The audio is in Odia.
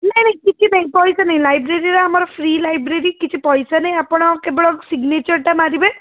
ନାହିଁ ନାହିଁ କିଛି ନାହିଁ ପଇସା ନାହିଁ ଲାଇବ୍ରେରୀର ଆମର ଫ୍ରି ଲାଇବ୍ରେରୀ କିଛି ପଇସା ନାହିଁ ଆପଣ କେବଳ ସିଗ୍ନେଚର୍ଟା ମାରିବେ